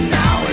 now